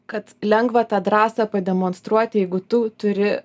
kad lengva tą drąsą pademonstruoti jeigu tu turi